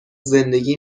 زندگی